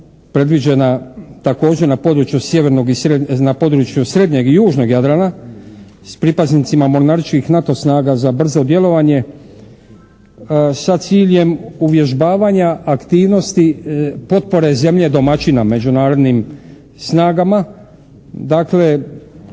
predviđena također na području srednjeg i južnog Jadrana s pripadnicima mornaričkih NATO snaga za brzo djelovanje sa ciljem uvježbavanja aktivnosti potpore zemlje domaćina međunarodnim snagama. Dakle,